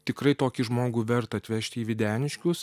tikrai tokį žmogų verta atvežti į videniškius